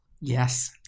Yes